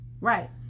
Right